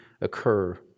occur